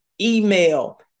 email